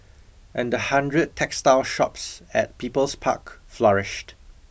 and the hundred textile shops at People's Park flourished